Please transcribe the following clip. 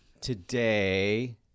Today